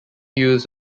used